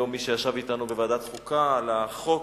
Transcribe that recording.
היום, מי שישב אתנו בוועדת חוקה על החוק